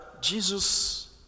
Jesus